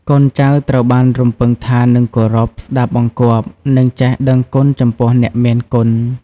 កូនចៅត្រូវបានរំពឹងថានឹងគោរព ស្ដាប់បង្គាប់ និងចេះដឹងគុណចំពោះអ្នកមានគុណ។